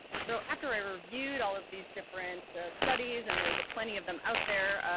so after i reviewed all of these different studies, and there's plenty of them out there,